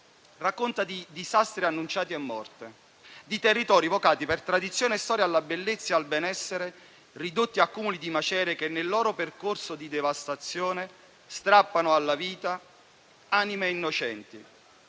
racconta di disastri annunciati e morte; di territori vocati, per tradizione e storia, alla bellezza e al benessere, ridotti in cumuli di macerie che, nel loro percorso di devastazione, strappano alla vita anime innocenti.